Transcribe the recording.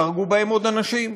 וייהרגו בהן עוד אנשים.